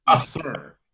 Sir